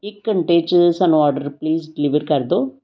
ਇਕ ਘੰਟੇ 'ਚ ਸਾਨੂੰ ਔਡਰ ਪਲੀਜ ਡਿਲੀਵਰ ਕਰ ਦਿਓ